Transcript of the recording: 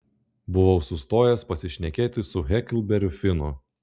buvau sustojęs pasišnekėti su heklberiu finu